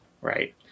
right